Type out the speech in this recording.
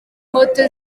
moto